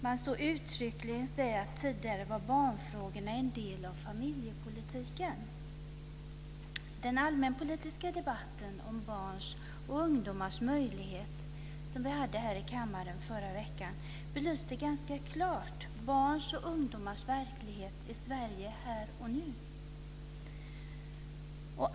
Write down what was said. Man säger uttryckligen att barnfrågorna tidigare var en del av familjepolitiken. Den allmänpolitiska debatten om barns och ungdomars möjlighet, som vi hade här i kammaren förra veckan, belyste ganska klart barns och ungdomars verklighet i Sverige här och nu.